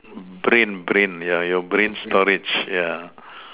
brain brain yeah your brain storage yeah